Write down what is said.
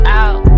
out